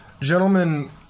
Gentlemen